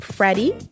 Freddie